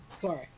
Sorry